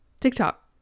TikTok